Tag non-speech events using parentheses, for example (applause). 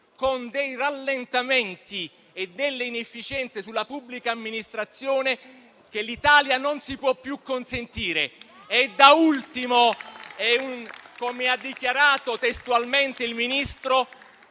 con dei rallentamenti e delle inefficienze sulla pubblica amministrazione che l'Italia non si può più consentire. (applause) Da ultimo, come ha dichiarato testualmente il Ministro,